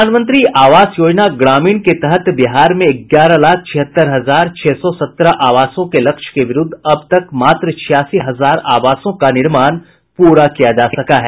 प्रधानमंत्री आवास योजना ग्रामीण के तहत बिहार में ग्यारह लाख छिहत्तर हजार छह सौ सत्रह आवासों के लक्ष्य के विरूद्व अब तक मात्र छियासी हजार आवासों का निर्माण प्ररा किया जा सका है